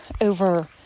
over